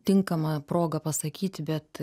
tinkama proga pasakyti bet